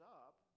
up